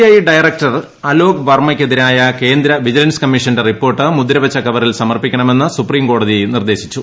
I director Alok വർമ്മക്കെതിരായ കേന്ദ്ര vigilance കമ്മീഷന്റെ റിപ്പോർട്ട് മുദ്രവച്ച കവറിൽ സമർപ്പിക്കണമെന്ന് സുപ്രീംകോടതി നിർദ്ദേശിച്ചു